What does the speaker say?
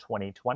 2020